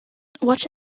watch